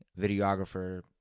videographer